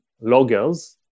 loggers